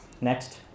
Next